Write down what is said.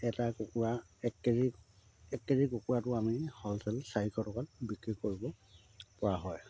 এটা কুকুৰা এক কেজি এক কেজি কুকুৰাটো আমি হ'লচেল চাৰিশ টকাত বিক্ৰী কৰিব পৰা হয়